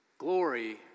Glory